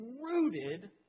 rooted